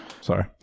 Sorry